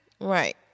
Right